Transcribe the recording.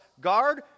guard